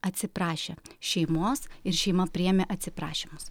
atsiprašė šeimos ir šeima priėmė atsiprašymus